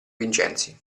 vincenzi